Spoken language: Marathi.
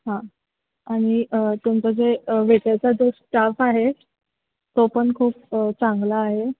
हां आणि तुमचा जे वेटरचा जो स्टाफ आहे तो पण खूप चांगला आहे